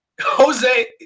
Jose